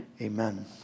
amen